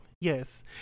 yes